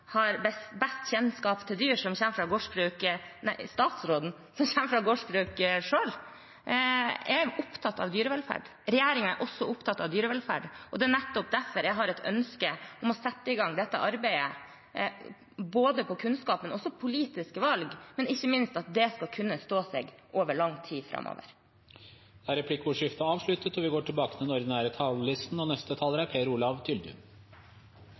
har best kjennskap til dyrene på gårdsbruk. Jeg og resten av regjeringen er opptatt av dyrevelferd. Det er nettopp derfor jeg har et ønske om å sette i gang dette arbeidet, både for å få kunnskap og med tanke på politiske valg – men ikke minst vil jeg at det skal kunne stå seg i lang tid framover. Replikkordskiftet er omme. Norge har gode forutsetninger for å ha en god dyrehelse og en god dyrevelferd. Det gir næringen et godt kvalitetsstempel og er